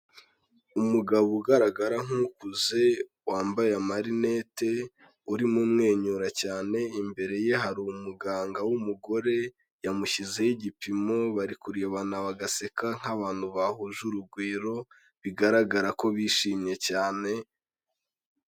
Umugabo ugaragara nk'ukuze wambaye amarinete urimo umwenyura cyane imbere ye hari umuganga w'umugore yamushyizeho igipimo bari kurebana bagaseka nk'abantu bahuje urugwiro bigaragara ko bishimye cyane.